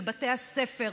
של בתי הספר,